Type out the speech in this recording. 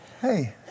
Hey